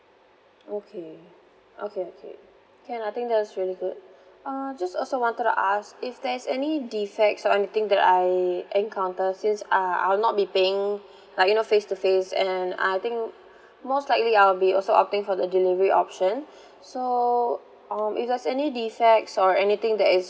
okay okay okay can I think that is really good um just also wanted to ask if there's any defects or anything that I encounter since uh I'll not be paying like you know face to face and I think most likely I'll be also opting for the delivery option so um if there's any defects or anything that is